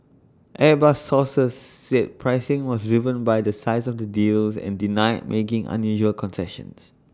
airbus sources said pricing was driven by the size of the deals and denied making unusual concessions